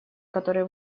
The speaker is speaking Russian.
который